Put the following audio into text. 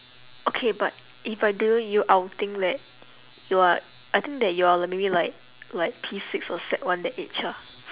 okay but if I didn't know you I will think that you are I think that you are maybe like like P six or sec one that age ah